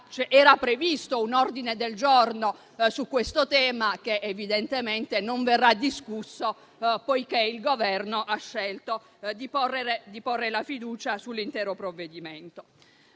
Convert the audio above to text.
era previsto un ordine del giorno sul tema, che evidentemente non verrà discusso, poiché il Governo ha scelto di porre la fiducia sull’intero provvedimento.